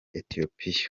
ethiopia